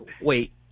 wait